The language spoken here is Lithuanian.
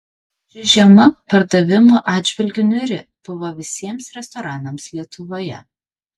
ši žiema pardavimų atžvilgiu niūri buvo visiems restoranams lietuvoje